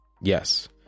Yes